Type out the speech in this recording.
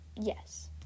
Yes